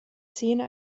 szene